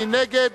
מי נגד?